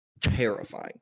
terrifying